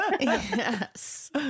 yes